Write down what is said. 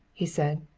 he said.